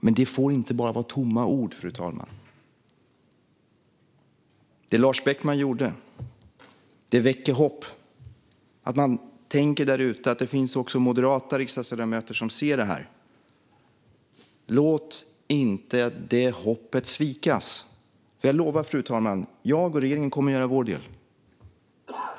Men det får inte bara vara tomma ord. Det Lars Beckman gjorde väcker hopp. Man tänker där ute att det finns också moderata ledamöter som ser det här. Låt inte det hoppet svikas! Jag lovar, fru talman, att jag och regeringen kommer att göra vår del.